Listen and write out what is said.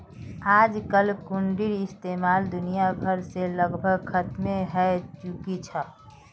आजकल हुंडीर इस्तेमाल दुनिया भर से लगभग खत्मे हय चुकील छ